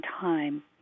time